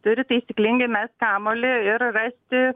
turi taisyklingai mest kamuolį ir rasti